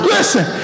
Listen